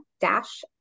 Dash